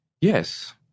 yes